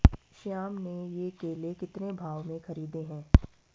श्याम ने ये केले कितने भाव में खरीदे हैं?